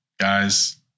guys